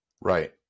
Right